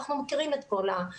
אנחנו מכירים את כל האמירות.